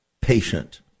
patient